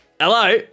hello